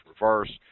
reverse